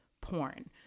porn